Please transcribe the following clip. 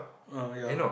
uh ya